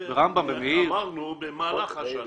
אמרנו "במהלך השנה".